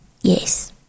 yes